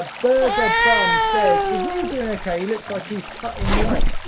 ah burger bum says, is neil doing okay? he looks like he's cutting weight.